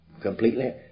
Completely